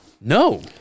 No